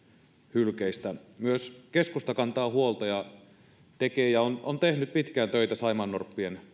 hylkeistä myös keskusta kantaa huolta ja tekee on tehnyt pitkään töitä saimaannorppien